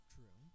True